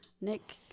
Nick